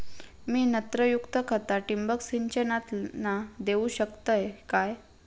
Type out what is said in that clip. मी नत्रयुक्त खता ठिबक सिंचनातना देऊ शकतय काय?